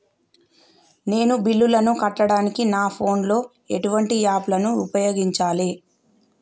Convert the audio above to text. నేను బిల్లులను కట్టడానికి నా ఫోన్ లో ఎటువంటి యాప్ లను ఉపయోగించాలే?